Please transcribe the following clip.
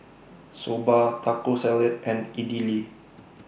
Soba Taco Salad and Idili